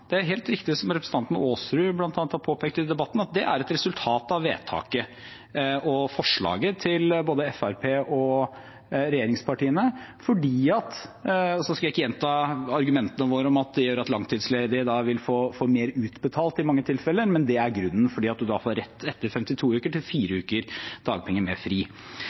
Det er helt riktig som bl.a. representanten Aasrud har påpekt i debatten, at det er et resultat av vedtaket og forslaget fra både Fremskrittspartiet og regjeringspartiene. Jeg skal ikke gjenta argumentene våre om at det gjør at langtidsledige da vil få mer utbetalt i mange tilfeller, men det er grunnen, fordi man etter 52 uker får rett til fire uker dagpenger med fri.